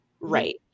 Right